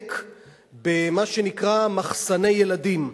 מחנק במה שנקרא "מחסני ילדים".